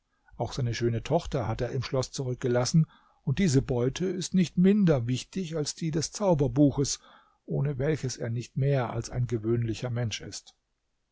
auch seine schöne tochter hat er im schloß zurückgelassen und diese beute ist nicht minder wichtig als die des zauberbuches ohne welches er nicht mehr als ein gewöhnlicher mensch ist